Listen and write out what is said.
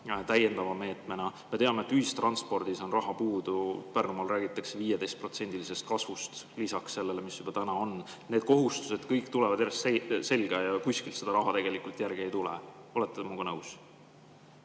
täiendava meetmena? Me teame, et ühistranspordis on raha puudu. Pärnumaal räägitakse 15%-lisest kasvust lisaks sellele, mis täna on. Need kohustused kõik tulevad järjest selga ja kuskilt seda raha tegelikult järele ei tule. Olete te minuga